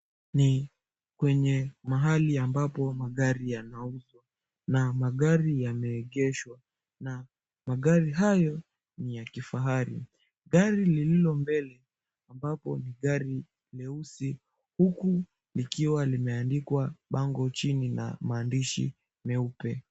Ni kwenye mahali ambapo magari yanauzwa na magari yameegeshwa na magari hayo ni ya kifahari. Gari lililo mbele ambapo ni gari leusi huku likiwa limeanikwa bango chini na maandishi meupe.